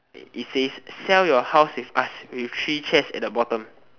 it says sell your houses with us with three chairs at the bottom